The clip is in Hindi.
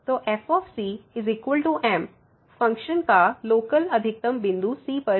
तो fM फ़ंक्शन का लोकल अधिकतम बिंदु c पर है